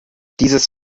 dieses